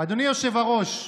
אדוני היושב-ראש,